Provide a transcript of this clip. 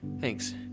Thanks